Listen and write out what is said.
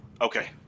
Okay